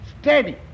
steady